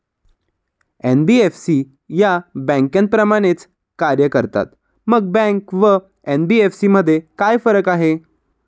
NBFC या बँकांप्रमाणेच कार्य करतात, मग बँका व एन.बी.एफ.सी मध्ये काय फरक आहे?